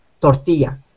tortilla